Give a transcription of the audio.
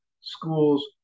schools